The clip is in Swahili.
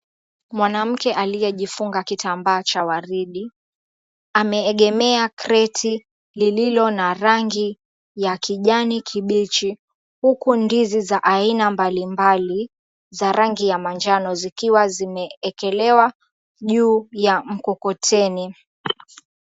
Mwanamke aliyejifunga kitambaa cha waridi, ameegemea kreti lililo na rangi ya kijani kibichi, huku ndizi za aina mbali mbali, za rangi ya manjano zikiwa zimeekelewa juu ya mkokoteni.